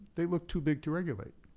they look too big to regulate.